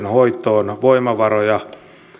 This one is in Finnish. hoitoon voimavaroja